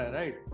right